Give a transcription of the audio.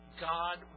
God